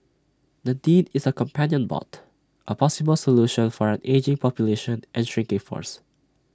Nadine is A companion bot A possible solution for an ageing population and shrinking force